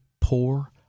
poor